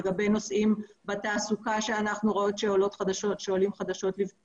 לגבי נושאים בתעסוקה שאנחנו רואות שעולות חדשות לבקרים.